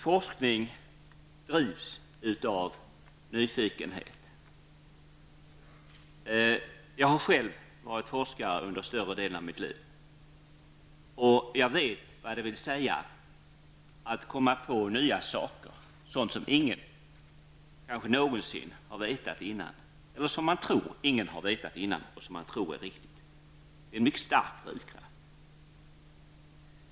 Forskning drivs av nyfikenhet. Jag har själv varit forskare under större delen av mitt liv. Jag vet vad det vill säga att komma på nya saker, som man tror att ingen kanske någonsin har vetat innan. Detta är en mycket stark drivkraft.